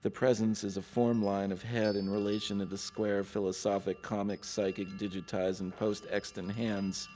the presence is a form line of head in relation to the square, philosophic, comic, psychic, digitized, and post-extant hands